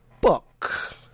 book